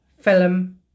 film